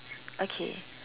okay